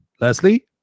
Leslie